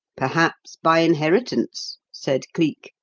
perhaps by inheritance, said cleek,